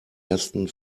ersten